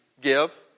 give